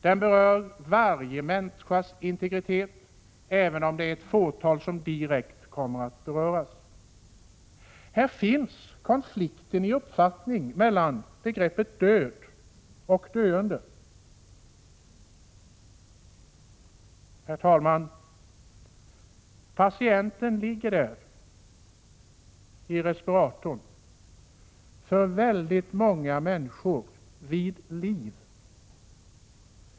Det handlar här om varje människas integritet, även om det bara är ett fåtal som direkt kommer att beröras. Här finns konflikter i uppfattningen av begreppet död och begreppet döende. Herr talman! Patienten ligger där i respiratorn, för väldigt många människor vid liv.